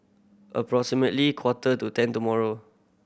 approximately quarter to ten tomorrow